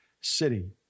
city